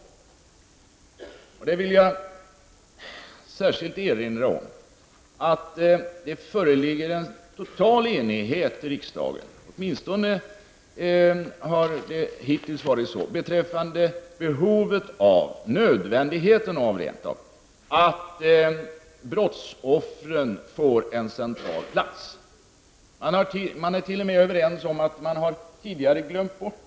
Jag vill särskilt erinra om att det föreligger en total enighet i riksdagen -- åtminstone har det hittills varit så -- beträffande behovet av, nödvändigheten av rent av, att brottsoffren får en central plats. Man är t.o.m. överens om att man tidigare har glömt bort dem.